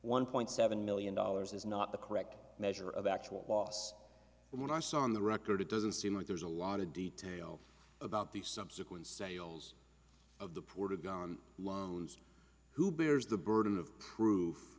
one point seven million dollars is not the correct measure of actual loss and when our son the record it doesn't seem like there's a lot of detail about the subsequent sales of the poor loans who bears the burden of proof